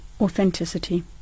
Authenticity